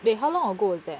wait how long ago was that